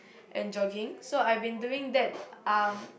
and jogging so I've been doing that